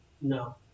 No